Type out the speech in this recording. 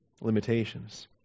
limitations